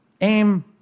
aim